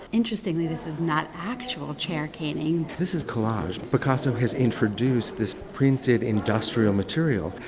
interestingly, this is not actual chair caning. this is collage. picasso has introduced this printed, industrial material.